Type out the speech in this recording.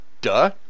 Duh